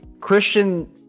Christian